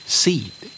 seed